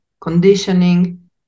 conditioning